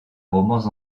romans